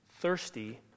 thirsty